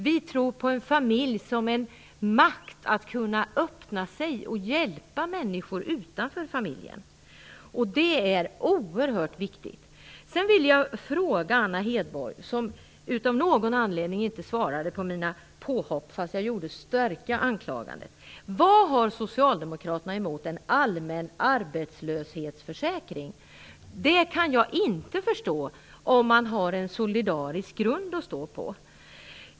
Vi tror på familjen som en makt som kan hjälpa människor utanför familjen. Det är oerhört viktigt. Jag vill fråga Anna Hedborg, som av någon anledning inte bemötte mina påhopp trots mina starka anklaganden: Vad har Socialdemokraterna emot en allmän arbetslöshetsförsäkring? Det kan jag inte förstå med tanke på att man har en solidarisk grund att stå på.